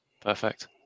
perfect